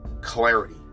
clarity